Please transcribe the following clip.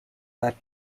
that